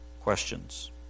questions